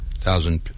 thousand